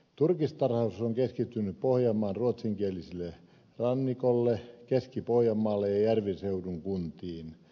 turkistarhaus on keskittynyt pohjanmaan ruotsinkieliselle rannikolle keski pohjanmaalle ja järviseudun kuntiin